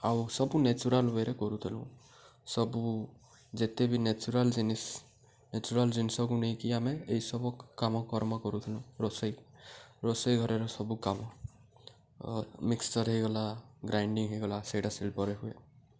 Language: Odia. ଆଉ ସବୁ ନେଚୁରାଲ୍ ୱେରେ କରୁଥିଲୁ ସବୁ ଯେତେ ବିି ନେଚୁରାଲ୍ ଜିନିଷ ନେଚୁରାଲ୍ ଜିନିଷକୁ ନେଇକି ଆମେ ଏଇସବୁ କାମ କର୍ମ କରୁଥିଲୁ ରୋଷେଇ ରୋଷେଇ ଘରର ସବୁ କାମ ମିକ୍ସଚର୍ ହୋଇଗଲା ଗ୍ରାଇଣ୍ଡିଂ ହୋଇଗଲା ସେଇଟା ଶିଳ୍ପରେ ହୁଏ